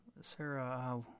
Sarah